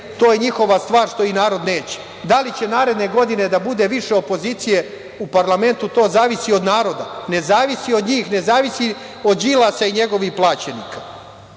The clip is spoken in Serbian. to je njihova stvar, što ih narod neće. Da li će naredne godine da bude više opozicije u parlamentu to zavisi od naroda, ne zavisi od njih, ne zavisi od Đilasa i njegovih plaćenika. Jedna